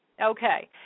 Okay